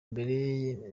mbere